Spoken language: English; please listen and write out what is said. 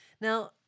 Now